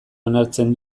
onartzen